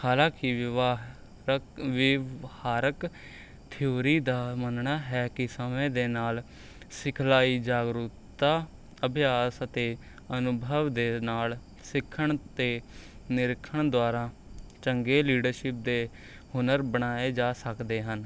ਹਾਲਾਂਕਿ ਵਿਵਾਹਰਕ ਵਿਵਾਹਰਕ ਥਿਊਰੀ ਦਾ ਮੰਨਣਾ ਹੈ ਕਿ ਸਮੇਂ ਦੇ ਨਾਲ਼ ਸਿਖਲਾਈ ਜਾਗਰੂਕਤਾ ਅਭਿਆਸ ਅਤੇ ਅਨੁਭਵ ਦੇ ਨਾਲ ਸਿੱਖਣ ਅਤੇ ਨਿਰੀਖਣ ਦੁਆਰਾ ਚੰਗੇ ਲੀਡਰਸ਼ਿਪ ਦੇ ਹੁਨਰ ਬਣਾਏ ਜਾ ਸਕਦੇ ਹਨ